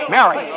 Mary